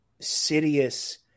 sidious